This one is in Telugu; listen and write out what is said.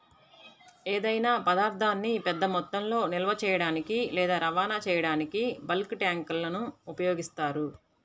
ఏదైనా పదార్థాన్ని పెద్ద మొత్తంలో నిల్వ చేయడానికి లేదా రవాణా చేయడానికి బల్క్ ట్యాంక్లను ఉపయోగిస్తారు